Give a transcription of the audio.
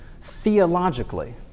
theologically